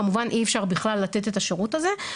אז כמובן אי אפשר בכלל לתת את השירות הזה,